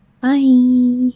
Bye